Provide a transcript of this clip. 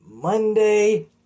Monday